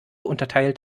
unterteilt